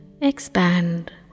expand